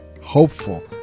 hopeful